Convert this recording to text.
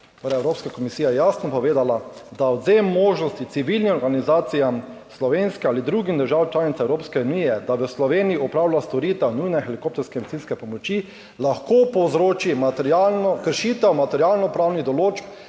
Evropska komisija je jasno povedala, da odvzem možnosti civilnim organizacijam Sloveniji ali drugi državi članici Evropske unije, da v Sloveniji opravlja storitev nujne helikopterske medicinske pomoči, lahko povzroči kršitev materialnopravnih določb